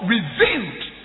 Revealed